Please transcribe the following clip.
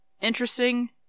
interesting